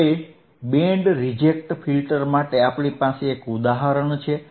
હવે band reject filter માટે આપણી પાસે એક ઉદાહરણ છે